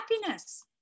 happiness